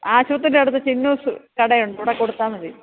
ആശുപത്രിയുടെ അടുത്ത് ചിന്നൂസ് കട ഉണ്ട് അവിടെ കൊടുത്താൽ മതി